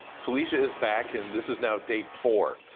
felicia is back, and this is now day four.